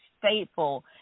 faithful